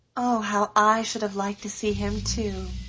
oh, how i should have liked to see him too!